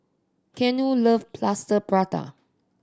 Keanu love Plaster Prata